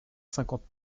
cinquante